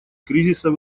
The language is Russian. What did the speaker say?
кризиса